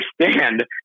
understand